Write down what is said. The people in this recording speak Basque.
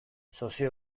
sozio